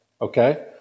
Okay